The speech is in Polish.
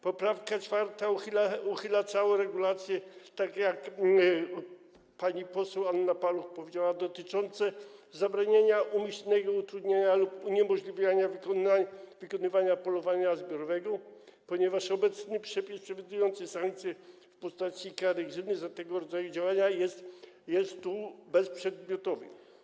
Poprawka 4. uchyla całą regulację, tak jak pani poseł Anna Paluch powiedziała, dotyczącą zabraniania i umyślnego utrudniania lub uniemożliwiania wykonywania polowania zbiorowego, ponieważ obecny przepis przewidujący sankcje w postaci kary grzywny za tego rodzaju działania jest tu bezprzedmiotowy.